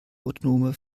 autonome